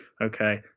okay